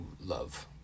love